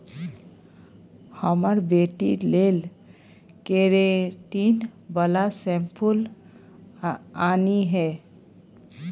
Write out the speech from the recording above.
हमर बेटी लेल केरेटिन बला शैंम्पुल आनिहे